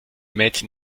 mädchen